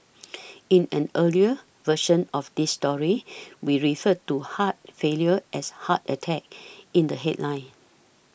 in an earlier version of this story we referred to heart failure as heart attack in the headline